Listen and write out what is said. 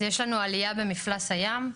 יש לנו עלייה במפלס הים.